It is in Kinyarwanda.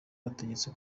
bategetse